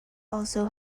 also